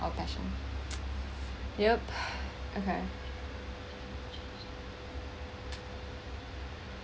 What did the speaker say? or passion yup okay